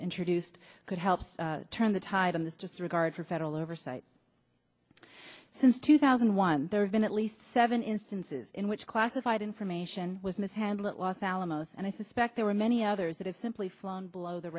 introduced could help turn the tide of this just regard for federal oversight since two thousand and one there have been at least seven instances in which classified information was mishandled los alamos and i suspect there are many others that have simply flown below the